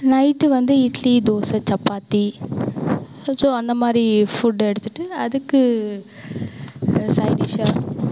night வந்து இட்லி தோசை சப்பாத்தி கொஞ்சம் அந்தமாதிரி ஃபுட்டு எடுத்துகிட்டு அதுக்கு சைடிஸ்ஸாக